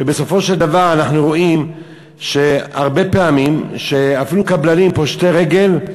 ובסופו של דבר אנחנו רואים הרבה פעמים שאפילו קבלנים פושטי רגל,